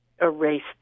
erased